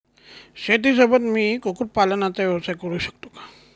शेतीसोबत मी कुक्कुटपालनाचा व्यवसाय करु शकतो का?